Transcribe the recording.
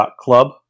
Club